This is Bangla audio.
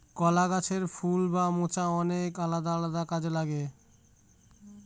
কলা গাছের ফুল বা মোচা অনেক আলাদা আলাদা কাজে লাগে